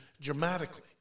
dramatically